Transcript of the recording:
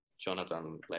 Jonathan